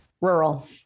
rural